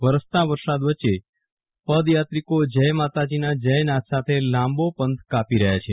વરસતા વરસાદ વચ્ચે પદયાત્રિકો જ્ય માતાજીનાં જય નાદ સાથે લાંબો પંથ કાપી રહ્યા છે